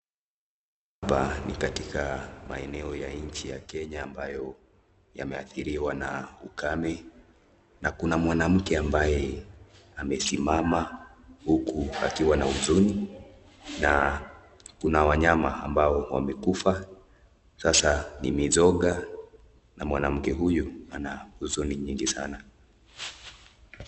Hapa ni katika maeneo ya nchi ya Kenya ambayo yameathiriwa na ukame, na kuna mwanamke ambaye amesimama huku akiwa na huzuni, na kuna wanyama ambao wamekufa sasa ni mizoga na mwanamke huyu ana huzuni nyingi sana.